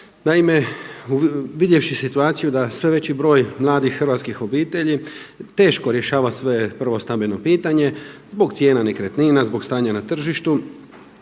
Naime, uvidjevši situaciju da sve veći broj mladih hrvatskih obitelji teško rješava svoje prvo stambeno pitanje zbog cijena nekretnina, zbog stanja na tržištu.